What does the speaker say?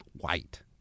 white